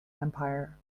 empire